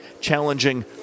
challenging